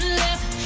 left